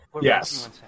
Yes